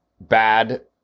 bad